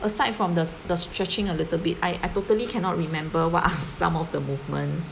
aside from the the the stretching a little bit I I totally cannot remember what are some of the movements